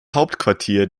hauptquartier